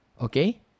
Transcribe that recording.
Okay